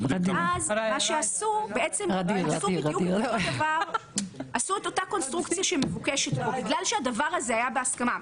עשו בדיוק את אותה קונסטרוקציה שמבוקשת פה בגלל שהיה בהסכמה.